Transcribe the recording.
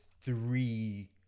three